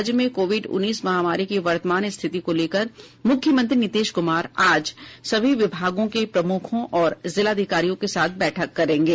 राज्य में कोविड उन्नीस महामारी की वर्तमान स्थिति को लेकर मुख्यमंत्री नीतीश कुमार आज सभी विभागों के प्रमुखों और जिलाधिकारियों के साथ बैठक करेंगे